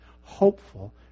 hopeful